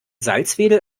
salzwedel